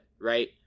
right